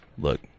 look